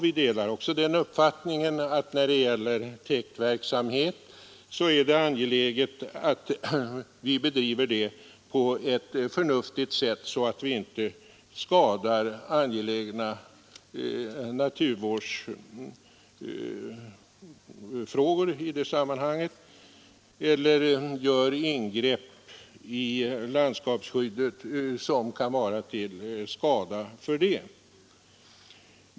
Vi delar också den meningen att det är angeläget att bedriva täktverksamhet på ett förnuftigt sätt, så att vi inte skadar angelägna naturvårdsintressen eller gör ingrepp i landskapsbilden som kan vara till skada för denna.